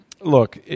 Look